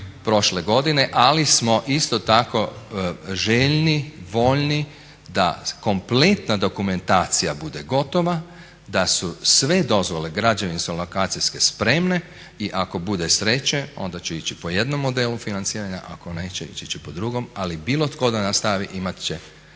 prošle godine. Ali smo isto tako željni, voljni da kompletna dokumentacija bude gotova, da su sve dozvole građevinske, lokacijske spremne i ako bude sreće onda će ići po jednom modelu financiranja, ako neće ići će po drugom. Ali bilo tko da nastavi imat će